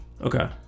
Okay